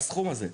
הסכום הזה.